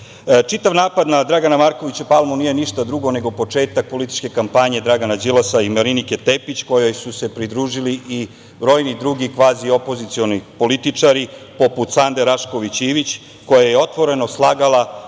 napad na Dragana Markovića Palmu nije ništa drugo nego početak političke kampanje Dragana Đilasa i Marinike Tepić kojoj su se pridružili i brojni drugi kvazi opozicioni političari, poput Sande Rašković Ivić koja je otvoreno slagala